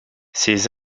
ses